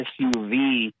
SUV